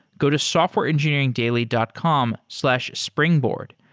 go to softwareengineeringdaily dot com slash springboard.